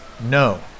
no